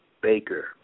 Baker